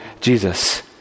Jesus